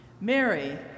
Mary